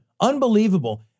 Unbelievable